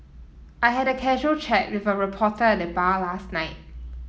I had a casual chat with a reporter at the bar last night